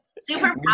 Super